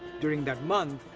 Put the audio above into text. during that month,